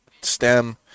stem